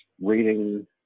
reading